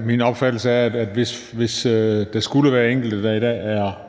Min opfattelse er, at hvis der skulle være enkelte, der i dag er